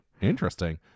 Interesting